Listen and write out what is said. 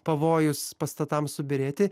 pavojus pastatams subyrėti